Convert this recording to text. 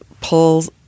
pulls